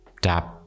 tap